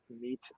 Meet